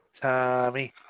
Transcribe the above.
Tommy